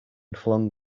flung